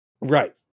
Right